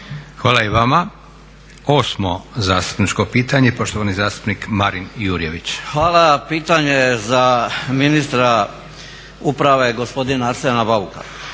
Hvala i vama. Osmo zastupničko pitanje i poštovani zastupnik Marin Jurjević. **Jurjević, Marin (SDP)** Hvala. Pitanje je za ministra uprave gospodina Arsena Bauka.